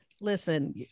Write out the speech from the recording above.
Listen